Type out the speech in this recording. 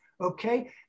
okay